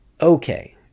Okay